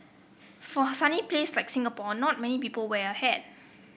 for a sunny place like Singapore not many people wear a hat